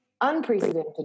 unprecedented